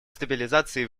стабилизации